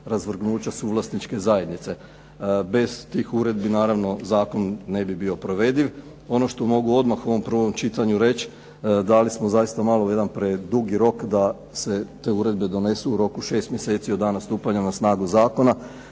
razvrgnuća suvlasničke zajednice. Bez tih uredbi, naravno zakon ne bi bio provediv. Ono što mogu odmah u ovom prvom čitanju reći, dali smo zaista malo jedan predugi rok da se te uredbe donesu, u roku 6 mjeseci od dana stupanja na snagu zakona.